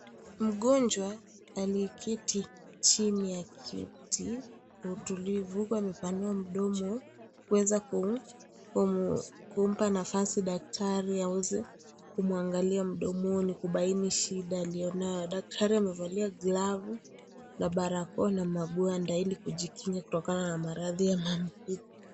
Mgonjwa aliyeketi chini ya kiti kwa utulivu huku amepanua mdomo kuweza kumpa nafasi daktari aweze kumuangalia mdomoni kubaini shida na daktari amevalia glavu na barakoa na magwanda hili kujikinga kutokana na marathi ya mambukizi.